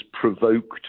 provoked